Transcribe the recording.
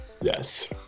Yes